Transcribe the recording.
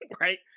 right